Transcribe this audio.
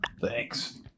thanks